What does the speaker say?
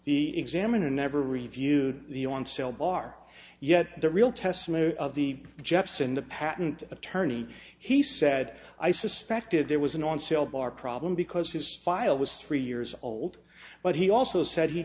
the examiner never reviewed the on sale bar yet the real testimony of the jepson the patent attorney he said i suspected there was an on sale bar problem because his file was three years old but he also said he